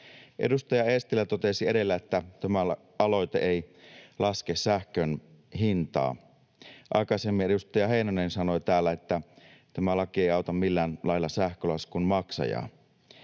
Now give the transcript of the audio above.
Edustaja Eestilä totesi edellä, että tämä aloite ei laske sähkön hintaa. Aikaisemmin edustaja Heinonen sanoi täällä, että tämä laki ei auta millään lailla sähkölaskun maksajaa.